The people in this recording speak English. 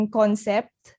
concept